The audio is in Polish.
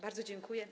Bardzo dziękuję.